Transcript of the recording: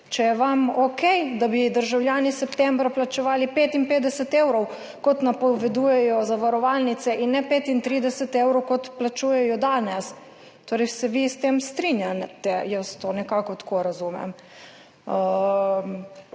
ali je vam okej, da bi državljani septembra plačevali 55 evrov, kot napovedujejo zavarovalnice, in ne 35 evrov, kot plačujejo danes. Torej se vi s tem strinjate? Jaz to nekako tako razumem.